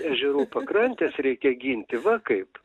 ežerų pakrantes reikia ginti va kaip